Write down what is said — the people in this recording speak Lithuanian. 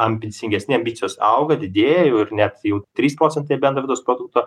ambicingesni ambicijos auga didėja jau ir net jau trys procentai bendro vidaus produkto